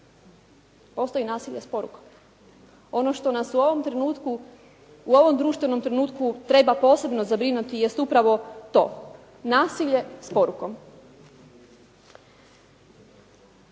Postoji nasilje s porukom. Ono što nas u ovom trenutku, u ovom društvenom trenutku treba posebno zabrinuti jest upravo to nasilje s porukom.